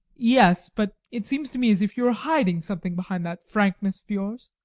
yes, but it seems to me as if you were hiding something behind that frankness of yours.